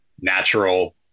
natural